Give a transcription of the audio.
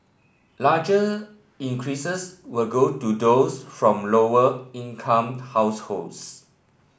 larger increases will go to those from lower income households